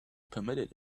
permitted